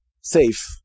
safe